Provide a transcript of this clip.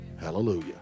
Hallelujah